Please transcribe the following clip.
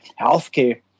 healthcare